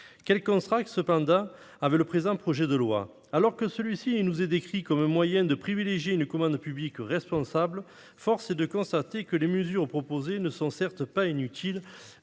Quel contraste, cependant, avec le présent projet de loi ! Alors que celui-ci nous est décrit comme un moyen de « privilégier une commande publique responsable », force est de constater que, si les mesures proposées ne sont pas inutiles,